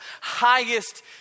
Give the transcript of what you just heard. highest